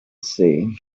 see